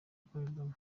gukorerwamo